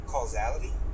Causality